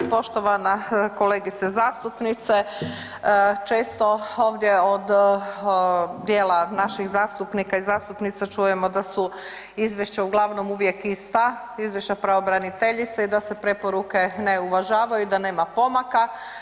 Poštovana kolegice zastupnice, često ovdje od dijela naših zastupnika i zastupnica čujemo da su izvješća uglavnom uvijek ista, Izvješća pravobraniteljice i da se preporuke ne uvažavaju i da nema pomaka.